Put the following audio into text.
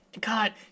God